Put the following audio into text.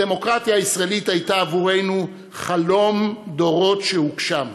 הדמוקרטיה הישראלית הייתה עבורנו חלום דורות שהוגשם,